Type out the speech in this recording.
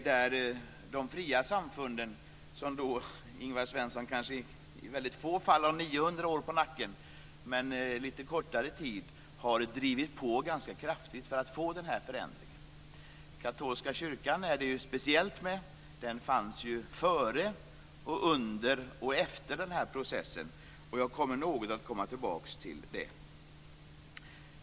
De fria samfunden, Ingvar Svensson, har i väldigt få fall 900 år på nacken, men de har under lite kortare tid drivit på ganska kraftigt för att få den här förändringen. Katolska kyrkan är speciell: Den har funnits före, under och efter den här processen. Jag ska något komma tillbaka till den.